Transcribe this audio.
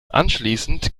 anschließend